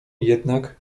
jednak